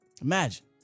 Imagine